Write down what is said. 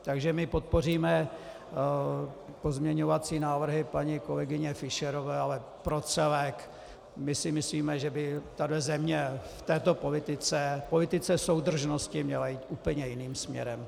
Takže my podpoříme pozměňovací návrhy paní kolegyně Fischerové, ale pro celek my si myslíme, že by tahle země v této politice, v politice soudržnosti, měla jít úplně jiným směrem.